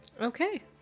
Okay